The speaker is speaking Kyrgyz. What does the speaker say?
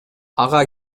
ага